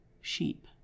sheep